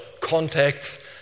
contacts